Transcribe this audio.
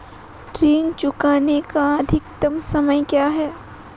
ऋण चुकाने का अधिकतम समय क्या है?